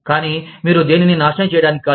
కానీ మీరు దేనినీ నాశనం చేయడానికి కాదు